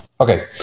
Okay